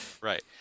Right